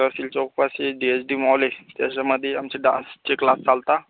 तहसील चौकपाशी D H D mall आहे त्याच्यामध्ये आमचे डान्सचे क्लास चालतात